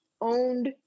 owned